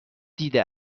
دیده